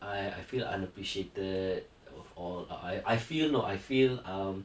I I feel unappreciated of all or I I feel no I feel um